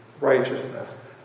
righteousness